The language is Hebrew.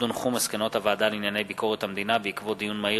מסקנות הוועדה לענייני ביקורת המדינה בעקבות דיון מהיר